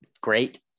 great